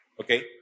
Okay